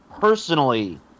personally